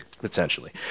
Potentially